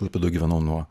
klaipėdoj gyvenau nuo